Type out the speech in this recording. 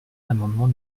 l’amendement